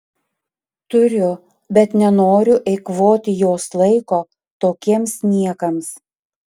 turiu bet nenoriu eikvoti jos laiko tokiems niekams